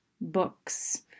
books